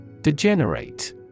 Degenerate